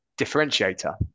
differentiator